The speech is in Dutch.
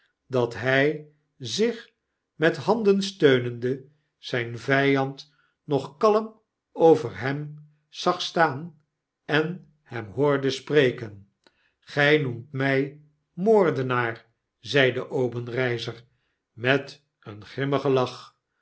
dat hy zich met de handen steunende zyn vyand nog kalm over hem heen zag staan en hem hoorde spreken gy noemt my moordenaar zeide obenreizer met een grimmigen lach